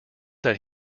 that